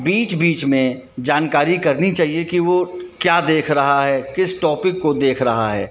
बीच बीच में जानकारी करनी चाहिए कि वह क्या देख रहा है किस टॉपिक को देख रहा है